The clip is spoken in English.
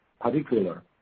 particular